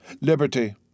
liberty